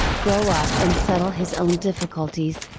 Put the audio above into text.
grow up and settle his own difficulties,